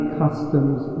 customs